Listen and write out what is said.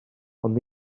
ond